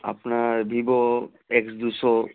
আপনার Vivo X দুশো